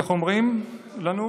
כך אומרים לנו,